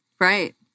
Right